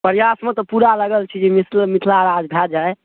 प्रयासमे तऽ पूरा लागल छी जे मिथ मिथिलाराज भऽ जाइ